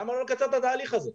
למה לא לקצר את התהליך הזה?